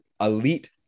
elite